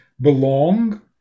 belong